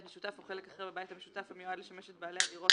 משותף או חלק אחר בבית המשותף המיועד לשמש את בעלי הדירות